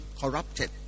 corrupted